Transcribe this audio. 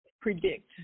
predict